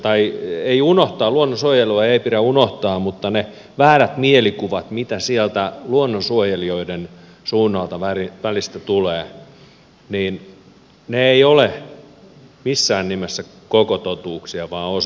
tai ei unohtaa luonnonsuojelua ei pidä unohtaa mutta ne väärät mielikuvat mitkä sieltä luonnonsuojelijoiden suunnalta välillä tulevat eivät ole missään nimessä koko totuuksia vaan osatotuuksia